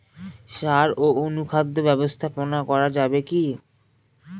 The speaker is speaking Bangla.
সাড় ও অনুখাদ্য ব্যবস্থাপনা করা যাবে কি?